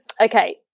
Okay